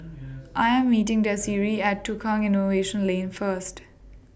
I Am meeting Desiree At Tukang Innovation Lane First